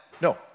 No